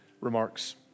remarks